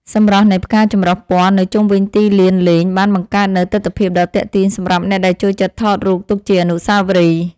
សម្រស់នៃផ្កាចម្រុះពណ៌នៅជុំវិញទីលានលេងបានបង្កើតនូវទិដ្ឋភាពដ៏ទាក់ទាញសម្រាប់អ្នកដែលចូលចិត្តថតរូបទុកជាអនុស្សាវរីយ៍។